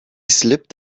slipped